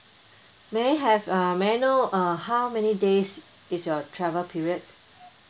may I have uh may I know uh how many days is your travel period